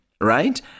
right